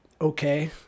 okay